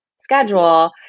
schedule